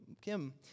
Kim